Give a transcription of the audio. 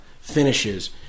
finishes